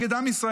נגד עם ישראל,